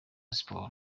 siporo